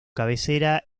cabecera